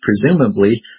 presumably